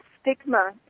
stigma